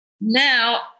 Now